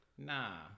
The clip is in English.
nah